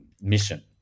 mission